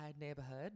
neighborhood